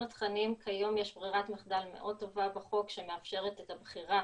כיום יש ברירת מחדל מאוד טובה בחוק שמאפשרת את הבחירה